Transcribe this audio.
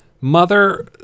Mother